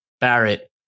Barrett